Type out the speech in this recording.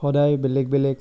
সদায় বেলেগ বেলেগ